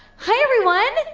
hi, everyone.